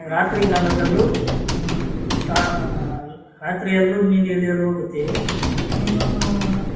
ರಾತ್ರಿಗಾಲದಲ್ಲೂ ಟಾ ರಾತ್ರಿಯಲ್ಲೂ ಮೀನು ಹಿಡಿಯಲು ಹೋಗುತ್ತೇವೆ ಮೀನು